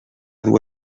dur